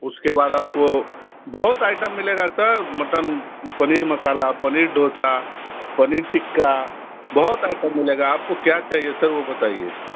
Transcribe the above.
उसके बाद आप को बहुत आइटम मिलेगा सर मटन पनीर मसाला पनीर डोसा पनीर टिक्का बहुत आइटम मिलेगा आप को क्या चाहिए सर वो बताइए